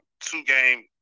two-game